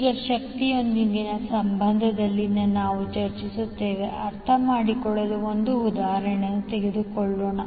ಈಗ ಶಕ್ತಿಯೊಂದಿಗಿನ ಸಂಬಂಧದಲ್ಲಿ ನಾವು ಚರ್ಚಿಸಿದ್ದನ್ನು ಅರ್ಥಮಾಡಿಕೊಳ್ಳಲು ಒಂದು ಉದಾಹರಣೆಯನ್ನು ತೆಗೆದುಕೊಳ್ಳೋಣ